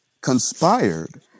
conspired